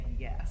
yes